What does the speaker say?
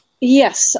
Yes